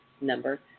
number